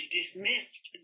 dismissed